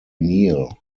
kneel